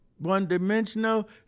one-dimensional